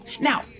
Now